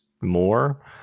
more